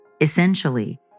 Essentially